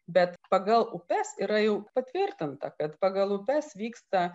bet pagal upes yra jau patvirtinta kad pagal upes vyksta